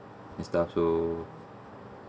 that stuff so